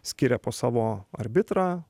skiria po savo arbitrą